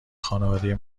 خانواده